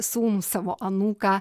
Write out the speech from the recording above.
sūnų savo anūką